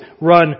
run